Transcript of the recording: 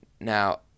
Now